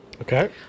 Okay